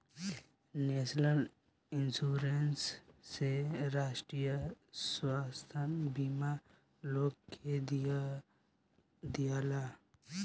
national Insurance से राष्ट्रीय स्वास्थ्य बीमा लोग के दियाला